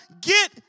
get